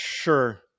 Sure